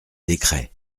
décret